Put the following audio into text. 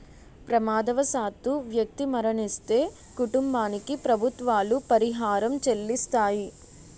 ప్రమాదవశాత్తు వ్యక్తి మరణిస్తే కుటుంబానికి ప్రభుత్వాలు పరిహారం చెల్లిస్తాయి